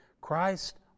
Christ